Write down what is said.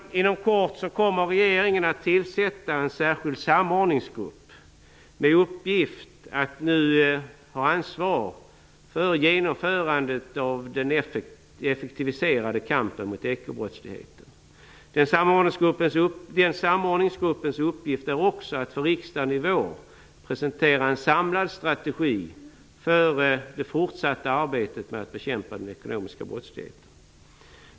Inom kort kommer regeringen att tillsätta en särskild samordningsgrupp, med uppgift att nu ha ansvar för genomförandet av den effektiviserade kampen mot ekobrottsligheten. Den samordningsgruppens uppgift är också att för riksdagen i vår presentera en samlad strategi för det fortsatta arbetet med att bekämpa den ekonomiska brottsligheten.